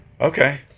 Okay